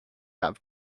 have